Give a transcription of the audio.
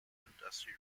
industry